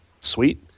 Sweet